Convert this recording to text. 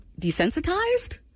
desensitized